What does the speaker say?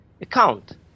account